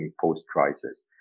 post-crisis